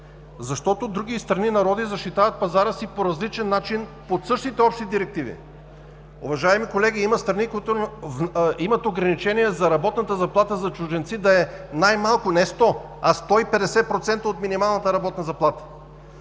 защото други страни и народи защитават пазара си по различен начин, по същите общи директиви. Уважаеми колеги, има страни, които имат ограничения работната заплата за чужденци да е най-малко не 100, а 150% от минималната работна заплата.